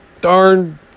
darn